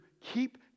keep